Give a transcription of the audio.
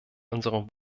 unserem